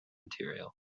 material